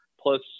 plus